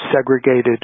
segregated